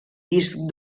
disc